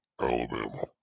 Alabama